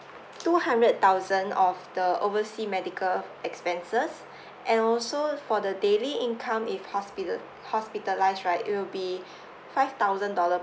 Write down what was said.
two hundred thousand of the oversea medical expenses and also for the daily income if hospital~ hospitalised right it will be five thousand dollar